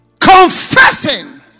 Confessing